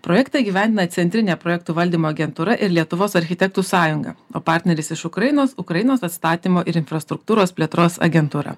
projektą įgyvendina centrinė projektų valdymo agentūra ir lietuvos architektų sąjunga o partneris iš ukrainos ukrainos atstatymo ir infrastruktūros plėtros agentūra